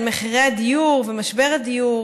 על מחירי הדיור ועל משבר הדיור,